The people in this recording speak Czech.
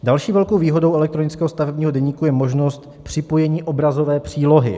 Další velkou výhodou elektronického stavebního deníku je možnost připojení obrazové přílohy.